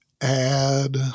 add